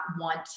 want